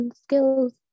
skills